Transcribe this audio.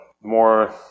more